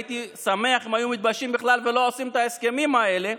הייתי שמח אם היו מתביישים בכלל ולא עושים את ההסכמים האלה,